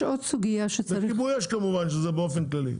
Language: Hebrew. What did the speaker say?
צריך כמובן כיבוי אש,